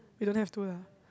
you don't have to lah